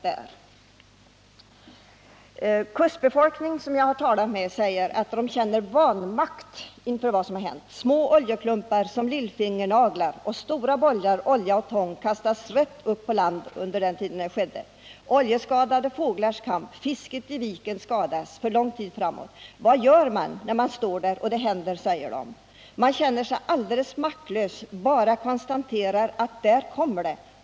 Jag har talat med kustbefolkningen, och den säger att den känner vanmakt inför det som har hänt. Oljeklumpar små som en lillfingernagel och stora bollar av olja och tång kastades rätt upp på land, oljeskadade fåglar kämpade för sitt liv och fisket i viken skadades för lång tid framåt. Man frågar: Vad gör man när man står där och ser detta hända? Man känner sig alldeles maktlös och kan bara konstatera att oljan kommer in.